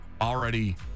already